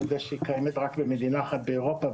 אני יודע שהיא קיימת רק במדינה אחת באירופה,